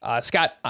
Scott